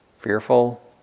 fearful